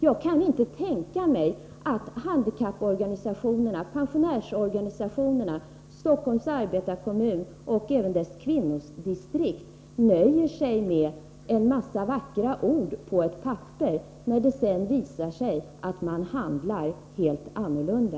Jag kan inte tänka mig att handikapporganisationerna, pensionärsorganisationerna, Stockholms arbetarekommun och dess kvinnodistrikt nöjer sig med en massa vackra ord på papper, när det sedan visar sig att man handlar helt annorlunda.